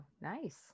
nice